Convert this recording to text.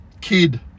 kid